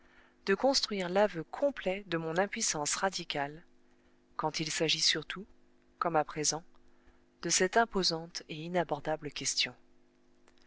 de construire l'aveu complet de mon impuissance radicale quand il s'agit surtout comme à présent de cette imposante et inabordable question